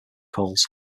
calls